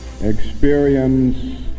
experience